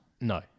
No